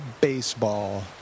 baseball